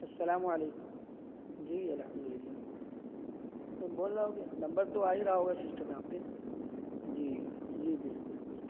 السلام علیکم جی الحمد للہ میں بول رہا ہوں کہ نمبر تو آ ہی رہا ہوگا سشٹم میں آپ کے جی جی بالکل بالکل